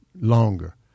longer